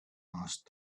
asked